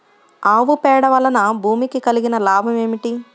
ఆవు పేడ వలన భూమికి కలిగిన లాభం ఏమిటి?